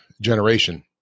generation